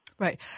Right